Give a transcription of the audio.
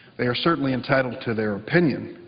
they are certainly entitled to their opinion,